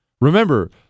Remember